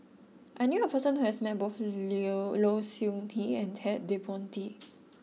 I knew a person who has met both Low Siew Nghee and Ted De Ponti